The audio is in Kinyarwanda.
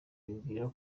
bibwira